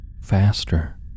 faster